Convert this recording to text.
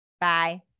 Bye